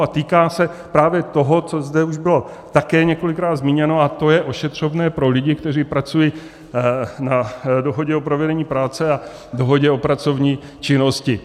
A týká se právě toho, co zde už bylo také několikrát zmíněno, a to je ošetřovné pro lidi, kteří pracují na dohodě o provedení práce a dohodě o pracovní činnosti.